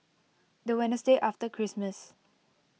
the Wednesday after Christmas